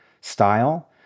style